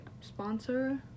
sponsor